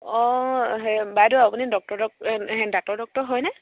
অঁ হেৰি বাইদেউ আপুনি ডক্তৰ দাঁতৰ ডক্তৰ হয়নে